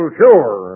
sure